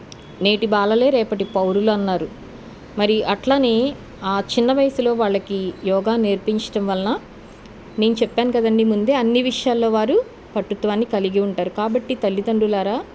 నేటి బాలలే రేపటి పౌరులు అన్నారు మరి అట్లానే ఆ చిన్న వయసులో వాళ్ళకి యోగా నేర్పించడం వలన నేను చెప్పాను కదండి ముందే అన్నీ విషయాలలో వారు పటుత్వాన్ని కలిగి ఉంటారు కాబట్టి తల్లిదండ్రులారా